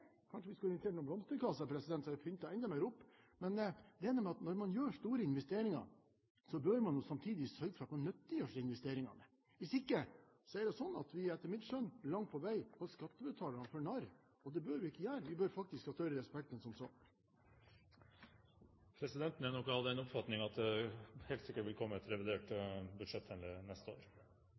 Kanskje vi skulle installere noen blomsterkasser, så det pynter enda mer opp. Det er noe med at når man gjør store investeringer, bør man jo samtidig sørge for at man nyttiggjør seg investeringene. Hvis ikke, er det sånn at vi etter mitt skjønn holder skattebetalerne for narr. Det bør vi ikke gjøre. Vi bør faktisk ha større respekt enn som så. Presidenten er nok av den oppfatning at det helt sikkert vil komme et revidert budsjett til neste år,